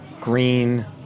green